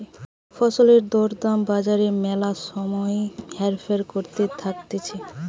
ফসলের দর দাম বাজারে ম্যালা সময় হেরফের করতে থাকতিছে